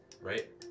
right